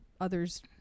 others